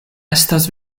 estas